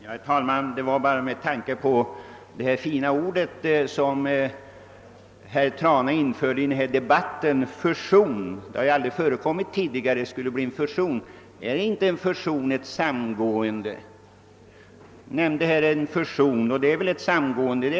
Herr talman! Jag vill bara yttra mig med anledning av att herr Trana införde det fina ordet »fusion» i debatten, vilket jag inte tror förekommit tidigare. Innebär inte en fusion ett samgående?